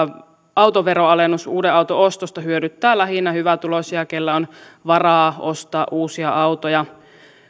autoveron alennus uuden auton ostosta hyödyttää lähinnä hyvätuloisia keillä on varaa ostaa uusia autoja